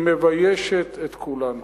מביישת את כולנו